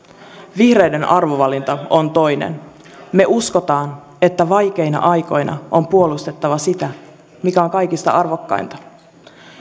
vihreiden arvovalinta on toinen me uskomme että vaikeina aikoina on puolustettava sitä mikä on kaikista arvokkainta